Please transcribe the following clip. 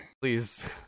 Please